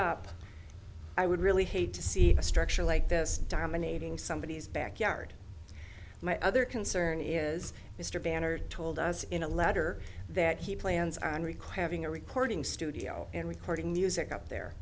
up i would really hate to see a structure like this dominating somebodies backyard my other concern is mr banner told us in a letter that he plans on require having a recording studio and recorded music up there